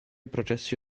processi